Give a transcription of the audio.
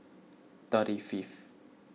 thirty fiveth